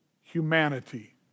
humanity